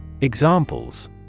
Examples